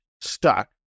stuck